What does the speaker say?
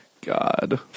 God